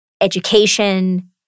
education